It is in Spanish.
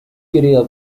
querida